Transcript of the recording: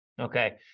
Okay